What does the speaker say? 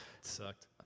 sucked